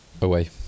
Away